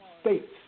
states